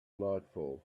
nightfall